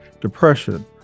depression